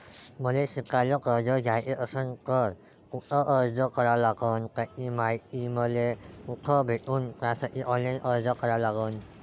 मले शिकायले कर्ज घ्याच असन तर कुठ अर्ज करा लागन त्याची मायती मले कुठी भेटन त्यासाठी ऑनलाईन अर्ज करा लागन का?